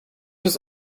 was